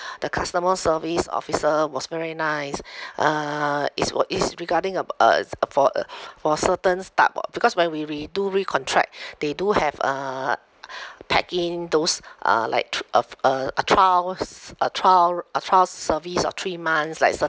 the customer service officer was very nice uh is for is regarding ab~ a for a for certains type of because when we redo recontract they do have uh pack in those uh like tr~ uh a trials a trial a trial service of three months like